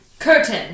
Curtain